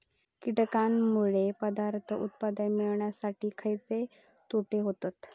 कीटकांनमुळे पदार्थ उत्पादन मिळासाठी खयचे तोटे होतत?